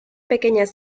pequeñas